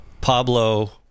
Pablo